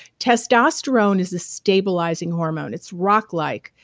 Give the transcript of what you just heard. testosterone is the stabilizing hormone it's rocklike.